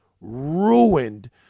ruined